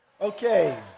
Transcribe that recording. Okay